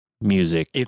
music